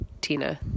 Tina